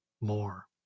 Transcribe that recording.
more